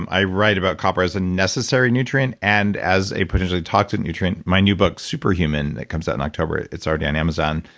i write about copper as a necessary nutrient, and as a potentially toxic nutrient. my new book, super human, that comes out in october, it's already on amazon,